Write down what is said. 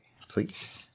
please